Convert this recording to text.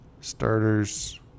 starters